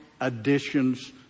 additions